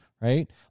right